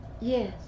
Yes